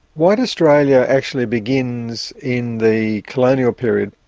white australia actually begins in the colonial period.